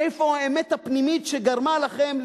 איפה האמת הפנימית שגרמה לכם,